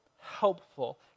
helpful